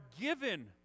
given